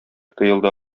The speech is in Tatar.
тоелды